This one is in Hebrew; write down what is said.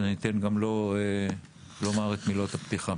אתן גם לו לומר את מילות הפתיחה.